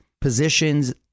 positions